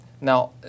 Now